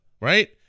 right